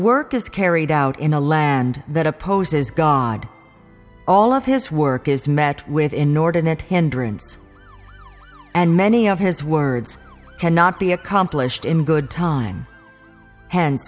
work is carried out in a land that opposes god all of his work is met with inordinate hindrance and many of his words cannot be accomplished in good time